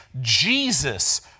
Jesus